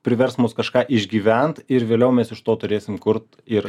privers mus kažką išgyvent ir vėliau mes iš to turėsim kurt ir